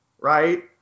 Right